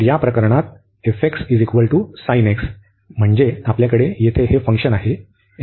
तर या प्रकरणात आपण म्हणजे आपल्याकडे येथे हे फंक्शन आहे